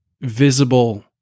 visible